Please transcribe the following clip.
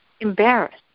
embarrassed